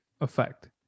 effect